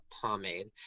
pomade